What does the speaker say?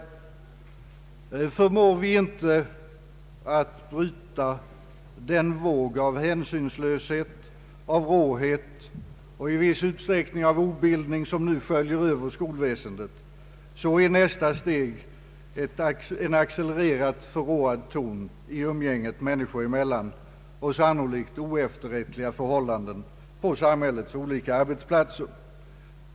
Förmår vi inte att bryta den våg av hänsynslöshet, råhet och i viss utsträckning obildning som nu sköljer över skolväsendet, är nästa steg en accelererat förråad ton i umgänget människor emellan och sannolikt oefterrättliga förhållanden på samhällets olika arbetsplatser.